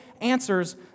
answers